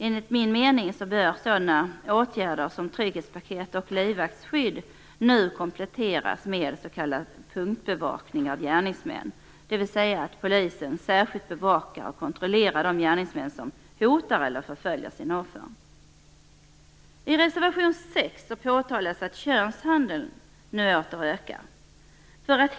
Enligt min mening bör sådana åtgärder som trygghetspaket och livvaktsskydd nu kompletteras med s.k. punktbevakning av gärningsmän, dvs. att polisen särskilt bevakar och kontrollerar de gärningsmän som hotar eller förföljer sina offer. I reservation 6 påtalas att könshandeln åter har ökat.